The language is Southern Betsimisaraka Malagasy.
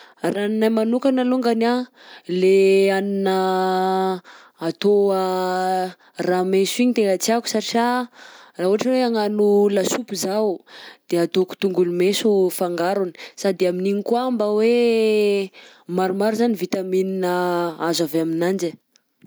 Raha aminahy manokana alongany anh, lay hanina atoa raha maiso igny tegna tiako satria raha ohatra hoe agnano lasopy izaho de ataoko tongolo maiso fangarony sady amin'igny kôa izagny anh mba hoe maro ny vitamine azo amin'ananzy eh